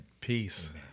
Peace